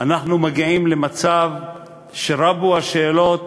אנחנו מגיעים למצב שרבו השאלות